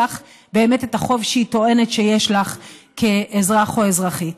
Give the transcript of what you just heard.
באמת את החוב שהיא טוענת שיש לך כאזרח או אזרחית.